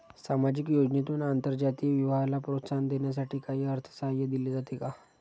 सामाजिक योजनेतून आंतरजातीय विवाहाला प्रोत्साहन देण्यासाठी काही अर्थसहाय्य दिले जाते का?